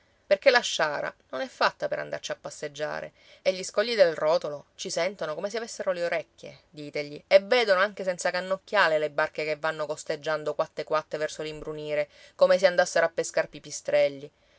perché la sciara non è fatta per andarci a passeggiare e gli scogli del rotolo ci sentono come se avessero le orecchie ditegli e vedono anche senza cannocchiale le barche che vanno costeggiando quatte quatte verso l'imbrunire come se andassero a pescar pipistrelli